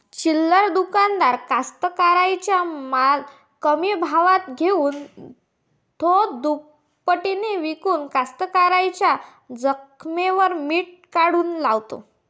चिल्लर दुकानदार कास्तकाराइच्या माल कमी भावात घेऊन थो दुपटीनं इकून कास्तकाराइच्या जखमेवर मीठ काऊन लावते?